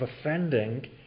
offending